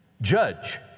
judge